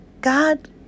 God